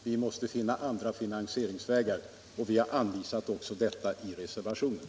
Vi måste finna andra finansieringsvägar, och vi har anvisat dessa i reservationen.